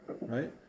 Right